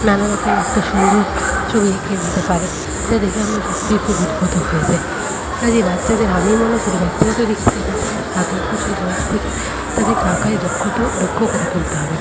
নানারকম একটা সুন্দর ছবি এঁকে দিতে পারে যা দেখে আমরা সত্যিই খুব উদ্ভুত হয়ে যাই কাজেই বাচ্চাদের আমি মনে করি ব্যক্তিগত দিক থেকে বাচ্চাদের সাত আট বছর বয়েস থেকেই তাদেরকে আঁকায় দক্ষত দক্ষ করে তুলতে হবে